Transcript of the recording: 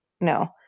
no